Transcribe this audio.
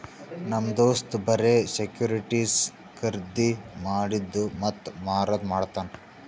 ನಮ್ ದೋಸ್ತ್ ಬರೆ ಸೆಕ್ಯೂರಿಟಿಸ್ ಖರ್ದಿ ಮಾಡಿದ್ದು ಮತ್ತ ಮಾರದು ಮಾಡ್ತಾನ್